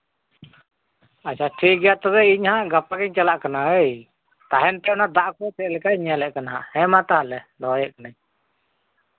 ᱟᱪᱪᱷᱟ ᱴᱷᱤᱠ ᱜᱮᱭᱟ ᱛᱚᱵᱮ ᱤᱧ ᱦᱟᱸᱜ ᱜᱟᱯᱟ ᱜᱤᱧ ᱪᱟᱞᱟᱜ ᱠᱟᱱᱟ ᱦᱳᱭ ᱛᱟᱦᱮᱱ ᱯᱮ ᱚᱱᱟ ᱫᱟᱜ ᱠᱚ ᱪᱮᱫ ᱞᱮᱠᱟ ᱧᱮᱞᱮᱫ ᱠᱟᱱᱟ ᱦᱟᱸᱜ ᱦᱮᱸ ᱢᱟ ᱛᱟᱦᱞᱮ ᱫᱚᱦᱚᱭᱮᱫ ᱠᱟᱹᱱᱟᱹᱧ